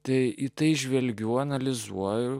tai į tai žvelgiu analizuoju